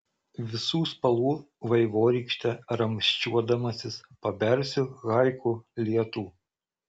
visų spalvų vaivorykšte ramsčiuodamasis pabersiu haiku lietų